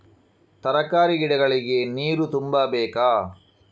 ತರಕಾರಿ ಗಿಡಗಳಿಗೆ ನೀರು ತುಂಬಬೇಕಾ?